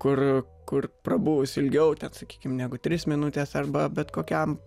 kur kur prabuvus ilgiau ten sakykim negu tris minutes arba bet kokiam